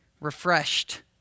refreshed